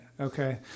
okay